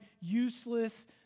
useless